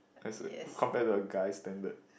as a compared to a guy's standard